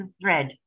thread